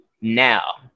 now